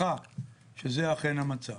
והוכחה שזה אכן המצב.